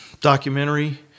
documentary